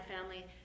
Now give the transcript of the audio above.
family